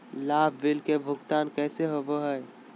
लाभ बिल के भुगतान कैसे होबो हैं?